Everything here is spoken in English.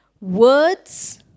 words